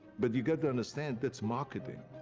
but you've got to understand, that's marketing.